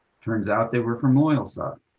turns out they were from loyal side